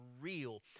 real